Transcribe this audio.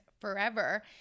forever